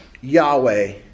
Yahweh